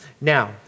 Now